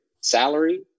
salary